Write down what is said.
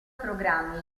programmi